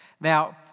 Now